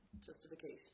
Justification